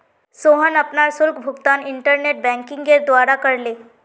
सोहन अपनार शुल्क भुगतान इंटरनेट बैंकिंगेर द्वारा करले